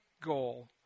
goal